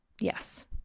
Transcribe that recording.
Yes